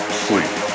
sleep